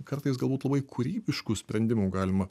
kartais galbūt labai kūrybiškų sprendimų galima